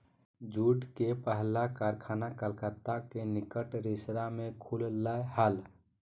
jute के पहला कारखाना कलकत्ता के निकट रिसरा में खुल लय हल